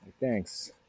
Thanks